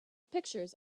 pictures